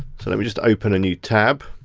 so let me just open a new tab.